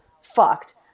fucked